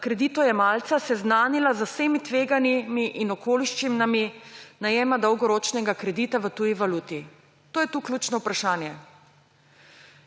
kreditojemalca seznanila z vsemi tveganji in okoliščinami najema dolgoročnega kredita v tuji valuti. To je to ključno vprašanje.